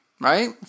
Right